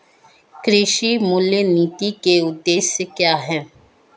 कृषि मूल्य नीति के उद्देश्य क्या है?